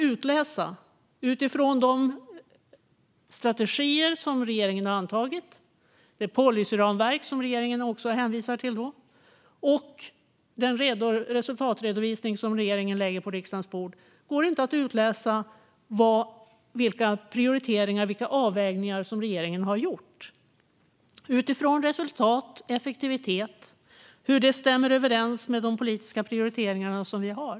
Utifrån de strategier som regeringen har antagit, det policyramverk som regeringen hänvisar till och den resultatredovisning som regeringen nu lägger på riksdagens bord går det inte att utläsa vilka prioriteringar och avvägningar som regeringen har gjort med hänsyn till resultat, effektivitet och hur de stämmer överens med de politiska prioriteringar som vi har.